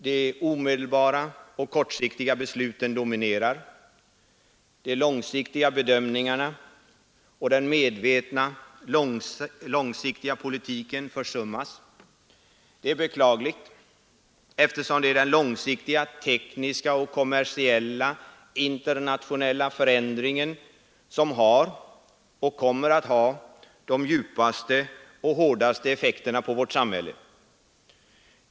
De omedelbara och kortsiktiga besluten dominerar, de långsiktiga bedömningarna och den medvetna långsiktiga politiken försummas. Det är beklagligt eftersom det är den långsiktiga, tekniska och kommersiella internationella förändringen som har och kommer att ha de djupaste och hårdaste effekterna på vårt samhälle.